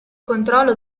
controllo